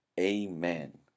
Amen